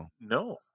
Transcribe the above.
No